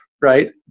right